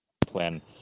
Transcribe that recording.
plan –